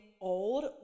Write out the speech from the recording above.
old